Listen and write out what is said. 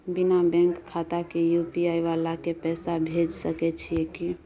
बिना बैंक खाता के यु.पी.आई वाला के पैसा भेज सकै छिए की?